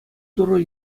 тӑру